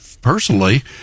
personally